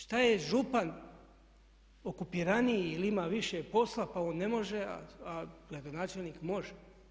Šta je župan okupiraniji ili ima više posla, pa on ne može, a gradonačelnik može?